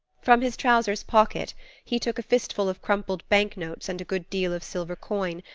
from his trousers pockets he took a fistful of crumpled bank notes and a good deal of silver coin,